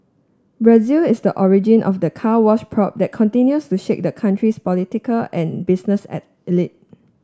Brazil is the origin of the Car Wash probe that continues to shake the country's political and business at elite